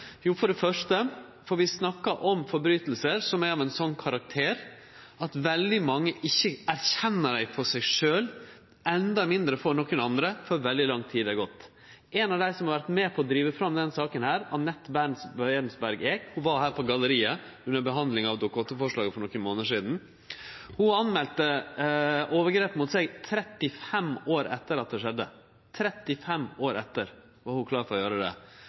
Jo, for det første snakkar vi om brotsverk som er av ein slik karakter at veldig mange ikkje erkjenner det for seg sjølv, endå mindre for nokon andre, før veldig lang tid er gått. Ein av dei har vore med på å drive fram denne saka – Annett Berntsberg Eck – var på galleriet her under behandlinga av Dokument 8-forslaget for nokre månader sidan. Ho meldte frå om overgrepet mot seg 35 år etter at det skjedde. 35 år etter var ho klar til å gjere det.